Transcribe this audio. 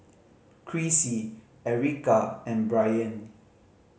Crissy Ericka and Brianne